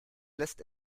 lässt